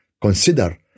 Consider